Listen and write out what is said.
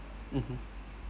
mmhmm